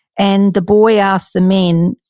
and the boy asked the men,